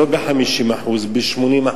לא ב-50% ב-80%.